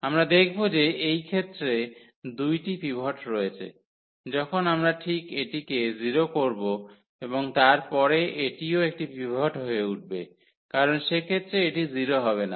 আমরা দেখব যে এই ক্ষেত্রে 2 টি পিভট রয়েছে যখন আমরা ঠিক এটিকে 0 করব এবং তারপরে এটিও একটি পিভট হয়ে উঠবে কারণ সেক্ষেত্রে এটি 0 হবে না